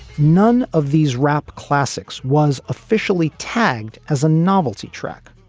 none of these rap classics was officially tagged as a novelty track.